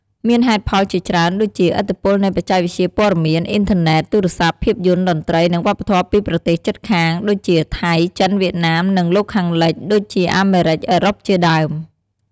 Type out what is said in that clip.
មានហេតុផលជាច្រើន ដូចជា ឥទ្ធិពលនៃបច្ចេកវិទ្យាព័ត៌មាន អ៊ីនធឺណិត ទូរស័ព្ទ ភាពយន្ត តន្ត្រី និងវប្បធម៌ពីប្រទេសជិតខាង ដូចជាថៃ ចិន វៀតណាម និងលោកខាងលិច ដូចជាអាមេរិក អឺរ៉ុបជាដើម ។